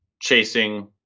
chasing